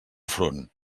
front